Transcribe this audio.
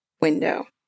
window